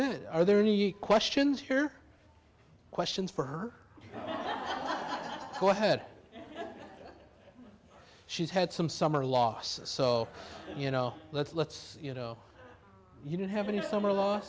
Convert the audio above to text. really are there any questions here questions for her go ahead she's had some summer losses so you know let's you know you don't have any summer last